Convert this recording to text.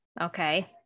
Okay